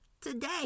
today